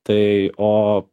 tai o